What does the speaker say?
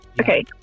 Okay